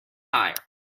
tyre